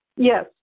Yes